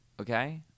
Okay